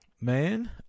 man